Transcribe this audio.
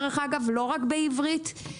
לא רק בעברית.